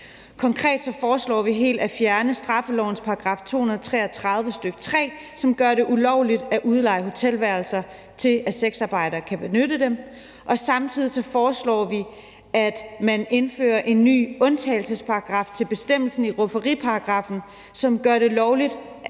Konkret foreslår vi helt at fjerne straffelovens § 233, stk. 3, som gør det ulovligt at udleje hotelværelser til, at sexarbejdere kan benytte dem. Og samtidig foreslår vi, at man indfører en ny undtagelsesparagraf til bestemmelsen i rufferiparagraffen, som gør det lovligt